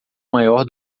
maior